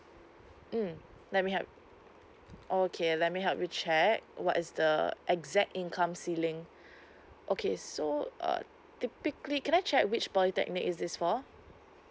mm let me help okay let me help you check what is the exact income ceiling okay so uh typically can I check which polytechnic is this for